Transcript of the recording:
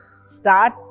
start